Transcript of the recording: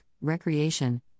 recreation